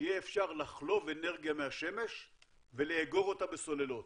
שיהיה אפשר לחלוב אנרגיה מהשמש ולאגור אותה בסוללות,